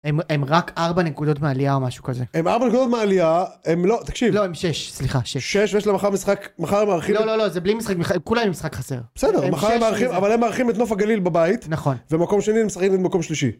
הם רק ארבע נקודות מעלייה או משהו כזה. הם ארבע נקודות מעלייה, הם לא, תקשיב. לא, הם שש, סליחה, שש. שש, ויש להם מחר משחק, מחר הם מארחים את... לא, לא, לא, זה בלי משחק, הם כולם עם משחק חסר. בסדר, מחר הם מארחים, אבל הם מארחים את נוף הגליל בבית. נכון. ומקום שני הם משחקים נגד מקום שלישי.